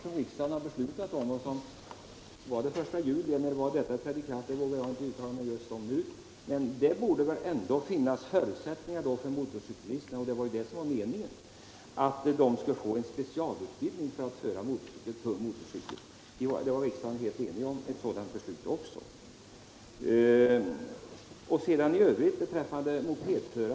Jag minns nu inte när lagen träder i kraft, men det bör då finnas förutsättningar för att motorcyklisterna får en specialutbildning i att föra motorcykel. Det var ju det som var meningen, och riksdagen var helt enig om detta beslut.